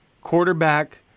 quarterback